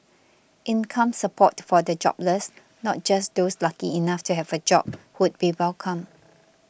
income support for the jobless not just those lucky enough to have a job would be welcome